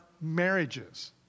marriages